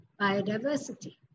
biodiversity